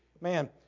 Man